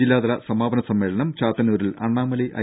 ജില്ലാ തല സമാപന സമ്മേളനം ചാത്തന്നൂരിൽ അണ്ണാമലൈ ഐ